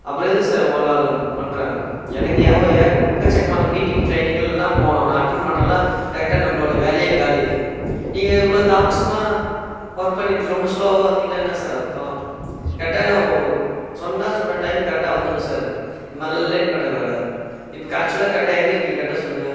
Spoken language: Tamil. அப்புறம் எதுக்கு சார் ஓலாவில நான் புக் பண்ணுறேன் எனக்கு ஏம எக்கச்சக்கமான மீட்டிங் ட்ரைனிங் எல்லாம் போகணும் நான் அட்டன் பண்ணலனா டேரக்டாக நம்மளோடைய வேலையே காலி நீங்கள் இவ்வளோ தாம்ஸமாக ஒர்க் பண்ணிகிட்டு ரொம்ப ஸ்லோவாக வந்திங்கன்னா என்ன சார் அர்த்தம் கரெக்டாக சொன்னால் சொன்ன டைம்க்கு கரெக்டாக வந்திட்ணும் சார் இந்த மாதிரிலாம் லேட் பண்ணக்கூடாது இப்போ க அச்சுவலாக கரெக்டாக எங்கே இருக்கீங்க கரெக்டாக சொல்லுங்க